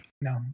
No